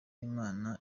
imana